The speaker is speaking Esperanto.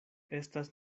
estas